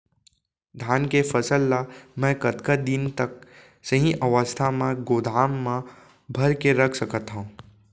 धान के फसल ला मै कतका दिन तक सही अवस्था में गोदाम मा भर के रख सकत हव?